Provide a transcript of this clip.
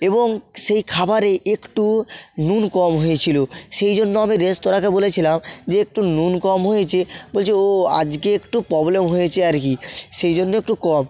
এবং সেই খাবারে একটু নুন কম হয়েছিলো সেই জন্য আমি রেস্তোরাঁকে বলেছিলাম যে একটু নুন কম হয়েছে বলছে ও আজকে একটু প্রব্লেম হয়েছে আর কি সেই জন্য একটু কম